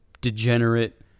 degenerate